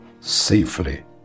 safely